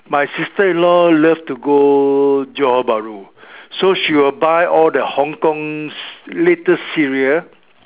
my sister-in-law love to go Johor-Bahru so she will buy all the Hong-Kong's latest serial